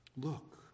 Look